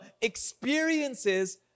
experiences